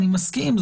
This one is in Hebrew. אני מסכים,